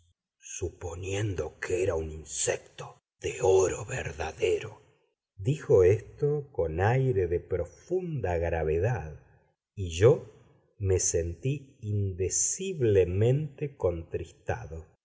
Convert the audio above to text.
suponiendo que era un insecto de oro verdadero dijo esto con aire de profunda gravedad y yo me sentí